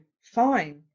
fine